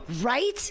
Right